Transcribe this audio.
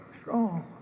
strong